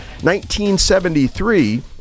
1973